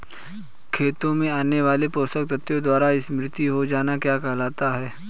खेतों से आने वाले पोषक तत्वों द्वारा समृद्धि हो जाना क्या कहलाता है?